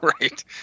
Right